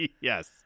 Yes